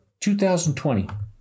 2020